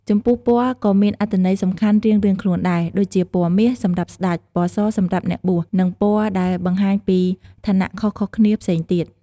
ចំពោះពណ៌ក៏មានអត្ថន័យសំខាន់រៀងៗខ្លួនដែរ ដូចជាពណ៌មាសសម្រាប់ស្តេច ពណ៌ស សម្រាប់អ្នកបួស នឹងពណ៌ដែលបង្ហាញពីឋានៈខុសៗគ្នាផ្សេងទៀត ។